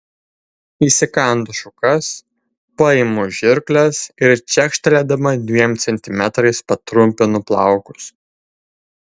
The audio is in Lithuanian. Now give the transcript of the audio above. įsikandu šukas paimu žirkles ir čekštelėdama dviem centimetrais patrumpinu plaukus